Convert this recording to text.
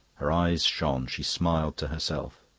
her eyes shone, she smiled to herself.